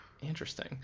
Interesting